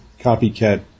copycat